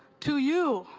to you,